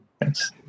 thanks